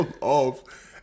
off